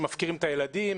שמפקירים את הילדים.